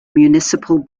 municipal